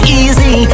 easy